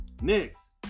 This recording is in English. Next